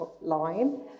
line